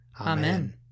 Amen